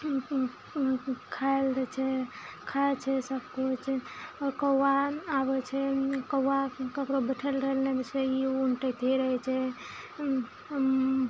खाय लए दै छै खाइ छै सब किछु कौआ आबै छै कौआ केकरो बैठल रहलै नहि दै छै ई उन्टेतै रहै छै